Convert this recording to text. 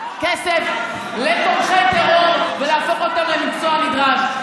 כסף לתומכי טרור ולהפוך אותם למקצוע נדרש.